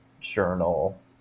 Journal